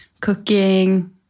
cooking